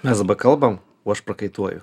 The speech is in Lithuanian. mes dabar kalbam o aš prakaituoju